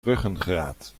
ruggengraat